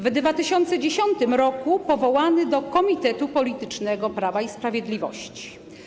W 2010 r. powołany do Komitetu Politycznego Prawa i Sprawiedliwości.